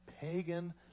pagan